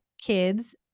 kids